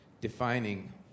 defining